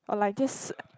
or like just